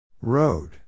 Road